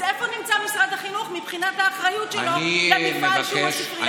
אז איפה נמצא משרד החינוך מבחינת האחריות שלו למפעל הספרייה הלאומית?